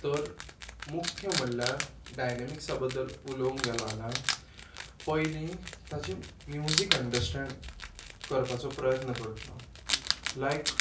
तर मुख्य म्हणल्यार डायनॅमिक्सा बद्दल उलोवंक गेलो जाल्यार पयलीं ताचें म्युजीक अंडरस्टॅण करपाचो प्रयत्न करतलो लायक